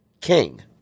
King